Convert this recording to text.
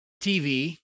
TV